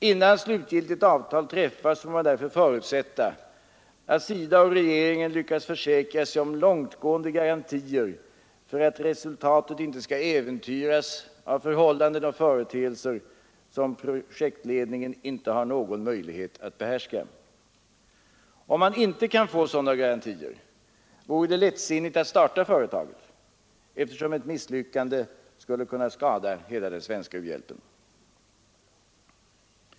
Innan slutgiltigt avtal träffas får man därför förutsätta att SIDA och regeringen lyckas försäkra sig om långtgående garantier för att resultatet inte skall äventyras av förhållanden och företeelser som projektledningen inte har möjlighet att behärska. Om man inte kan få sådana garantier, vore det lättsinnigt att starta företaget, eftersom ett misslyckande skulle kunna skada hela den svenska u-hjälpen.